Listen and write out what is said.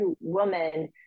woman